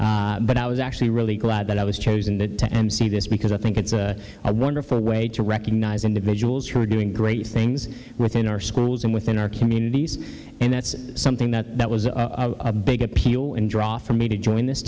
vent but i was actually really glad that i was chosen because i think it's a wonderful way to recognize individuals who are doing great things in our schools and within our communities and that's something that that was a big appeal and draw for me to join this